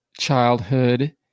childhood